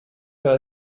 wäre